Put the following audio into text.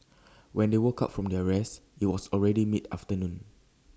when they woke up from their rest IT was already mid afternoon